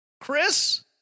Chris